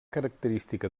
característica